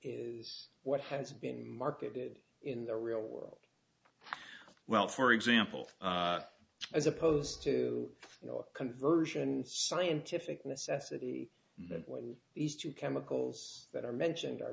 is what has been marketed in the real world well for example as opposed to you know a conversion scientific necessity that when these two chemicals that are mentioned are